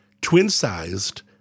twin-sized